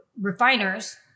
refiners